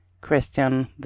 Christian